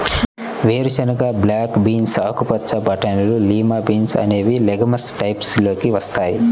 వేరుశెనగ, black beans, ఆకుపచ్చ బటానీలు, లిమా బీన్స్ అనేవి లెగమ్స్ టైప్స్ లోకి వస్తాయి